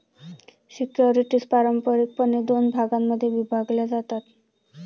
securities पारंपारिकपणे दोन भागांमध्ये विभागल्या जातात